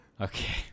okay